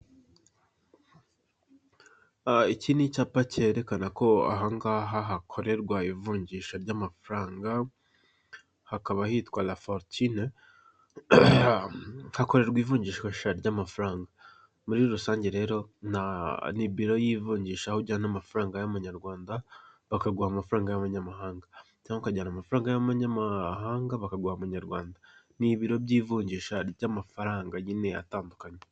Iki ni icyapa cyerekana ko aha ngaha hakorerwa ivunjisha ry'amafaranga, hakaba hitwa Raforitine, hakorerwa ivunjisha ry'amafaranga. Muri rusange rero, ni biro y'ivunjisha, aho ujyana amafaranga y'amanyarwanda, bakaguha amafaranga y'amanyamahanga cyangwa ukajyana amafaranga y'amanyamahanga, bakaguha amanyarwanda. Ni ibiro by'ivunjisha ry'amafaranga nyine atandukanye.